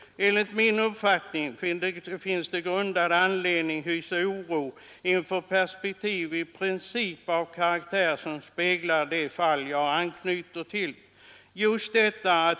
Enligt min uppfattning finns det grundad anledning att hysa oro inför perspektiv, i princip av den karaktär som speglar det fall jag anknyter till.